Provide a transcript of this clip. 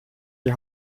die